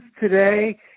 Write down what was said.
today